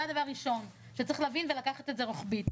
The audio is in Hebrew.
זה דבר ראשון, שצריך להבין ולקחת את זה רוחבית.